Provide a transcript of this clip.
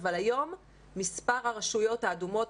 אבל היום מספר הרשויות האדומות,